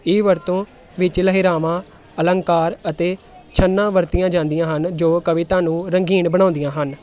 ਇਹ ਵਰਤੋਂ ਵਿੱਚ ਲਹਿਰਾਵਾਂ ਅਲੰਕਾਰ ਅਤੇ ਛੰਨਾ ਵਰਤੀਆਂ ਜਾਂਦੀਆਂ ਹਨ ਜੋ ਕਵਿਤਾ ਨੂੰ ਰੰਗੀਨ ਬਣਾਉਂਦੀਆਂ ਹਨ